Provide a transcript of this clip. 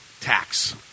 Tax